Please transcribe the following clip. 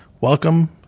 Welcome